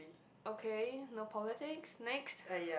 okay no politics next